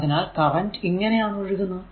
അതിനാൽ കറന്റ് ഇങ്ങനെ ആണ് ഒഴുകുന്നത്